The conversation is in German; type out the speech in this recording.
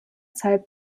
zeit